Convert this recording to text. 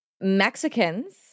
Mexicans